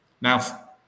Now